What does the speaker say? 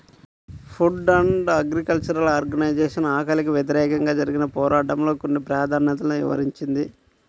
food and Agriculture Organization ఆకలికి వ్యతిరేకంగా జరిగిన పోరాటంలో కొన్ని ప్రాధాన్యతలను వివరించింది